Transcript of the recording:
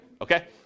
Okay